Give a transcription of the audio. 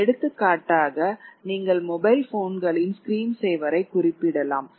எடுத்துக்காட்டாக நீங்கள் மொபைல் போன்களின் ஸ்கிரீன் சேவர் ஐ குறிப்பிடலாம்